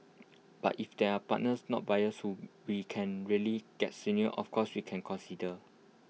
but if there are partners not buyers whom we can really get of course we can consider